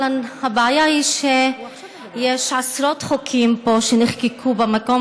אבל הבעיה היא שיש עשרות חוקים פה שנחקקו במקום